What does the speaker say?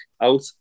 out